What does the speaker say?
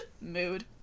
Mood